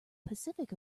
pacific